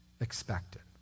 expected